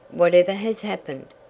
whatever has happened?